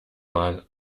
mal